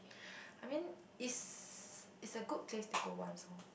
I mean it's it's a good place to go once orh